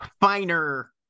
finer